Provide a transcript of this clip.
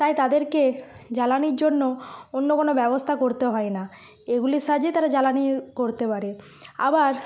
তাই তাদেরকে জ্বালানির জন্য অন্য কোনো ব্যবস্থা করতে হয় না এগুলির সাহায্যেই তারা জ্বালানি করতে পারে আবার